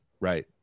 Right